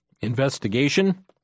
investigation